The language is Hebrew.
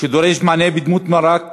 שדורש מענה בדמות מרק חם,